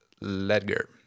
Ledger